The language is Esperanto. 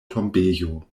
tombejo